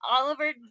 oliver